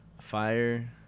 fire